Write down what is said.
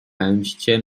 pędźcie